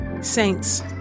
Saints